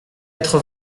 quatre